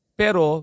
pero